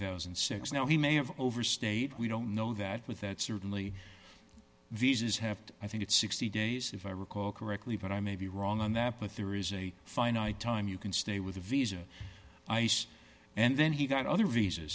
thousand and six now he may have overstayed we don't know that with that certainly visas have to i think it's sixty days if i recall correctly but i may be wrong on that but there is a finite time you can stay with the visa ice and then he got other visas